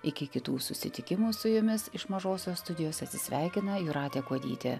iki kitų susitikimų su jumis iš mažosios studijos atsisveikina jūratė kuodytė